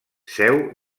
seu